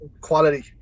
Quality